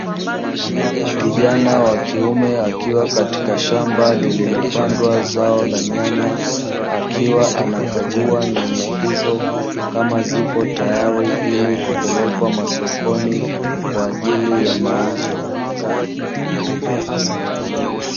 Kijana wa kiume akiwa katika shamba lililopandwa zao ya nyanya, akiwa anakagua nyanya hizo kama zipo tayari ili kupelekwa masokoni kwa ajili ya mauzo.